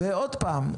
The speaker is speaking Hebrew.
ועוד פעם,